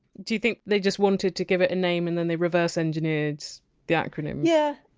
do you think they just wanted to give it a name and then they reverse engineered the acronym? yeah,